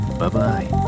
Bye-bye